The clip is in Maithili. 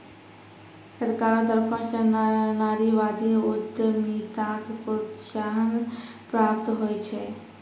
सरकारो तरफो स नारीवादी उद्यमिताक प्रोत्साहन प्राप्त होय छै